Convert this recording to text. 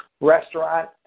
restaurant